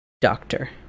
doctor